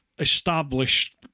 established